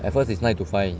at first it's nine to five